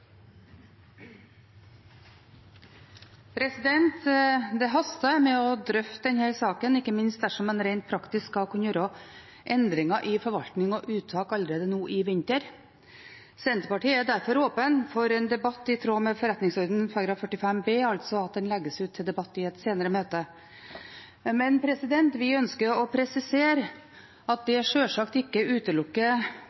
Det haster med å drøfte denne saken, ikke minst dersom en rent praktisk skal kunne gjøre endringer i forvaltning og uttak allerede nå i vinter. Senterpartiet er derfor åpen for en debatt i tråd med Stortingets forretningsorden § 45 b, altså at redegjørelsen legges ut til debatt i et senere møte. Men vi ønsker å presisere at det